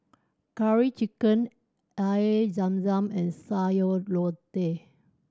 Curry Chicken Air Zam Zam and Sayur Lodeh